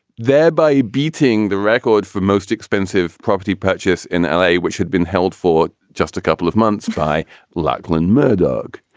thereby beating the record for most expensive property purchase in l a, which had been held for just a couple of months by lachlan murdoch.